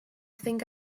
think